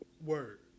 Word